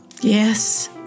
Yes